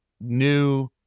new